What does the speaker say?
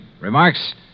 Remarks